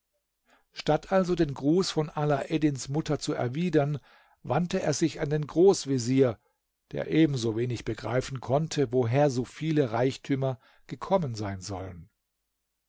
statt also den gruß von alaeddins mutter zu erwidern wandte er sich an den großvezier der ebensowenig begreifen konnte woher so viele reichtümer gekommen sein sollen